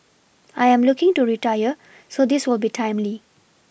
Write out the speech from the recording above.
I am looking to retire so this will be timely